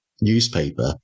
newspaper